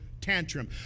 tantrum